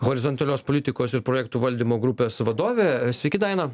horizontalios politikos ir projektų valdymo grupės vadovė sveiki daina